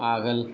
आगोल